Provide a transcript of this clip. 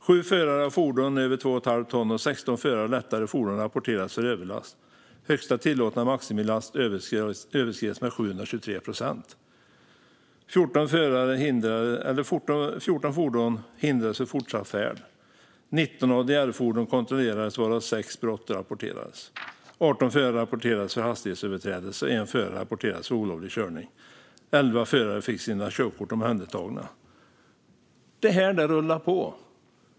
7 förare av fordon över 12,5 ton och 16 förare av lättare fordon rapporterades för överlast. Högsta tillåtna maximilast överskreds med 723 procent. 14 fordon hindrades från fortsatt färd. 19 ADR-fordon kontrollerades, varav 6 brottsrapporterades. 18 förare rapporterades för hastighetsöverträdelser. En förare rapporterades för olovlig körning. Elva förare fick sina körkort omhändertagna. Detta rullar på.